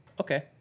Okay